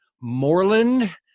Moreland